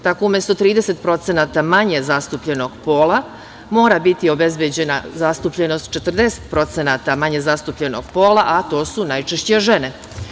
Tako umesto 30% manje zastupljenog pola, mora biti obezbeđena zastupljenost 40% manje zastupljenog pola, a to su najčešće žene.